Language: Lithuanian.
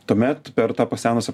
tuomet per tą pasenusią